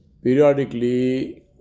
periodically